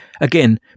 again